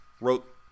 wrote